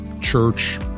church